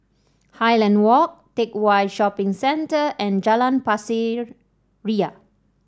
Highland Walk Teck Whye Shopping Centre and Jalan Pasir Ria